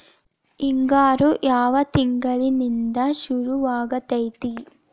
ಹಿಂಗಾರು ಯಾವ ತಿಂಗಳಿನಿಂದ ಶುರುವಾಗತೈತಿ?